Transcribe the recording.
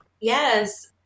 Yes